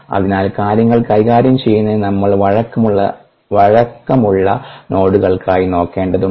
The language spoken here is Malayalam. അതിനാൽ കാര്യങ്ങൾ കൈകാര്യം ചെയ്യുന്നതിന് നമ്മൾ വഴക്കമുള്ള നോഡുകൾക്കായി നോക്കേണ്ടതുണ്ട്